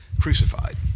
crucified